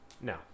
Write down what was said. No